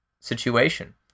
situation